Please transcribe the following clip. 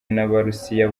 n’abarusiya